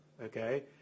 Okay